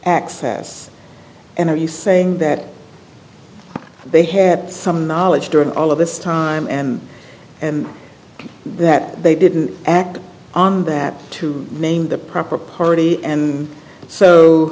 access and are you saying that they had some knowledge during all of this time and and that they didn't act on that to name the proper party and so